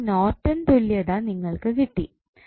അപ്പോൾ നോർട്ടൺ തുല്യത നിങ്ങൾക്കു കിട്ടി